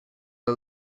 the